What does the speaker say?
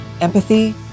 Empathy